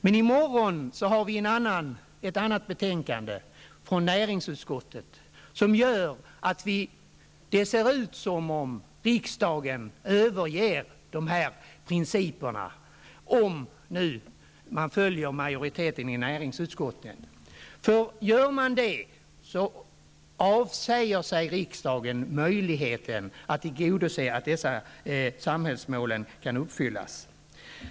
Men i morgon har vi ett annat betänkande, från näringsutskottet, och det ser ut som om riksdagen överger dessa principer -- om man följer majoriteten i näringsutskottet. Gör man det, så avsäger sig riksdagen möjligheten att tillgodose att dessa samhällsmål kan uppfyllas.